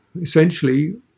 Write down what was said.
essentially